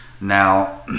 now